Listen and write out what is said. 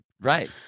Right